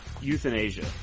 Euthanasia